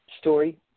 Story